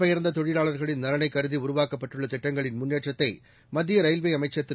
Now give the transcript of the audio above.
பெயர்ந்ததொழிலாளர்களின் நலனைக் கருதிஉருவாக்கப்பட்டுள்ளதிட்டங்களின் டுடம் முன்னேற்றத்தைமத்தியரயில்வேஅமைச்சர் திரு